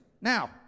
Now